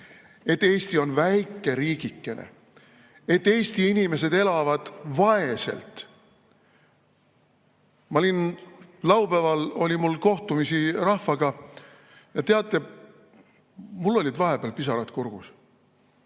et Eesti on väike riigike ja Eesti inimesed elavad vaeselt. Mul oli laupäeval kohtumine rahvaga. Teate, mul olid vahepeal pisarad kurgus.